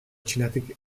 txinatik